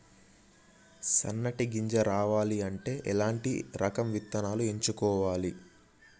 సన్నటి గింజ రావాలి అంటే ఎలాంటి రకం విత్తనాలు ఎంచుకోవాలి?